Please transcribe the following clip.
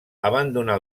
abandonar